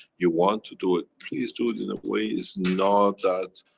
you want to do it, please do it in a way, it's not that,